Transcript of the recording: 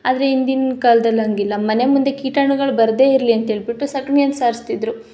ಆದ್ರೆ ಹಿಂದಿನ ಕಾಲ್ದಲ್ಲಿ ಹಂಗಿಲ್ಲ ಮನೆ ಮುಂದೆ ಕೀಟಾಣುಗಳು ಬರದೇ ಇರಲಿ ಅಂಥೇಳ್ಬಿಟ್ಟು ಸಗಣಿಯನ್ನ ಸಾರಿಸ್ತಿದ್ರು